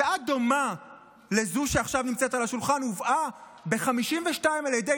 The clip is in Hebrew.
הצעה דומה לזו שעכשיו נמצאת על השולחן הובאה ב-1952 על ידי